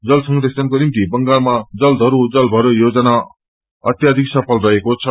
जल संरक्षण्को निम्ति बंगालमा जल धरो जल भरो योजना अत्राधिक सफल रहेको छ